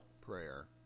prayer